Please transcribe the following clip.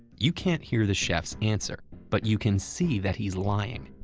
you can't hear the chef's answer, but you can see that he's lying.